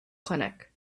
clinic